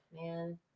man